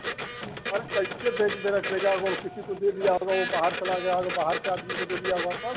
अरे कैसे बैग में रख देगा और वह किसी को दे दिया होगा वह बाहर चला गया होगा बाहर के आदमी को दे दिया होगा तब